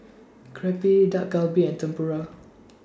Crepe Dak Galbi and Tempura